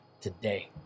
today